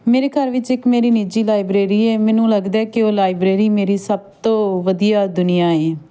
ਮੇਰੇ ਘਰ ਵਿੱਚ ਇੱਕ ਮੇਰੀ ਨਿੱਜੀ ਲਾਈਬ੍ਰੇਰੀ ਏ ਮੈਨੂੰ ਲੱਗਦਾ ਕਿ ਉਹ ਲਾਇਬ੍ਰੇਰੀ ਮੇਰੀ ਸਭ ਤੋਂ ਵਧੀਆਂ ਦੁਨੀਆਂ ਏ